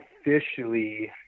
officially